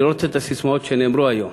אני לא רוצה לומר את הססמאות שנאמרו היום,